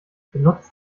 benutzt